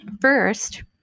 first